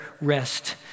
rest